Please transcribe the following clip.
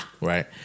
right